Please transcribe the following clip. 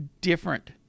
different